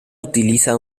utiliza